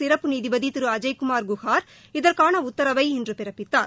சிறப்பு நீதிபதி திரு அஜய்குமார் குஹார் இதற்கான உத்தரவை இன்று பிறப்பித்தார்